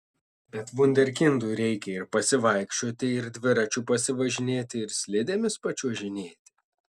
bet vunderkindui reikia ir pasivaikščioti ir dviračiu pasivažinėti ir slidėmis pačiuožinėti